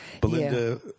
Belinda